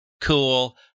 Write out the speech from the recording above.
Cool